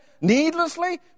needlessly